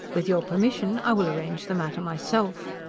with your permission i will arrange the matter myself.